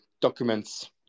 documents